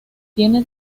tiene